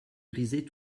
grisait